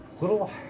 little